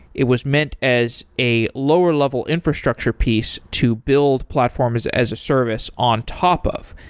it was meant as a lower level infrastructure piece to build platform as as a service on top of,